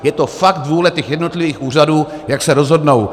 Je to fakt vůle těch jednotlivých úřadů, jak se rozhodnou.